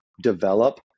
develop